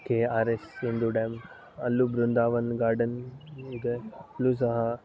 K R S ಎಂದು dam ಅಲ್ಲೂ Brindavan garden ಇದೆ ಅಲ್ಲೂ ಸಹ